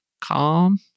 calm